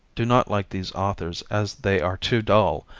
do not like these authors as they are too dull.